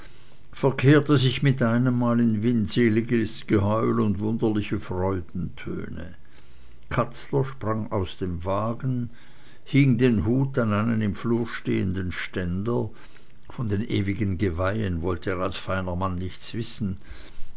verkehrte sich mit einem mal in winseliges geheul und wunderliche freudentöne katzler sprang aus dem wagen hing den hut an einen im flur stehenden ständer von den ewigen geweihen wollte er als feiner mann nichts wissen